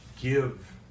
Give